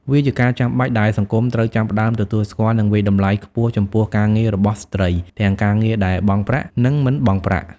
វាជាការចាំបាច់ដែលសង្គមត្រូវចាប់ផ្តើមទទួលស្គាល់ និងវាយតម្លៃខ្ពស់ចំពោះការងាររបស់ស្ត្រី ទាំងការងារដែលបង់ប្រាក់ និងមិនបង់ប្រាក់។